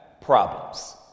problems